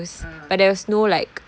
ah